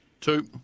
Two